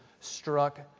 struck